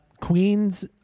Queen's